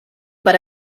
per